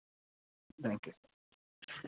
thank you